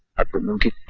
i've been looking